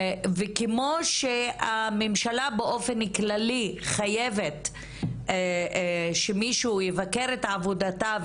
וכמו שהממשלה באופן כללי חייבת שמישהו יבקר את עבודתה,